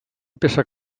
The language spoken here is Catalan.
peça